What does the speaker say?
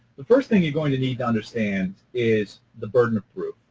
the first thing you're going to need to understand is the burden of proof.